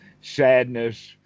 sadness